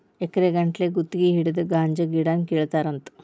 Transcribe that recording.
ಎಕರೆ ಗಟ್ಟಲೆ ಗುತಗಿ ಹಿಡದ ಗಾಂಜಾ ಗಿಡಾನ ಕೇಳತಾರಂತ